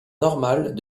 normale